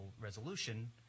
resolution